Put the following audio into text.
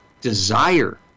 desire